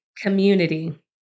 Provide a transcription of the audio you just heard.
community